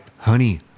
Honey